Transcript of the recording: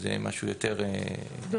שזה משהו יותר --- דרמטי.